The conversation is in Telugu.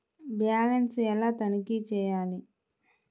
బ్యాలెన్స్ ఎలా తనిఖీ చేయాలి?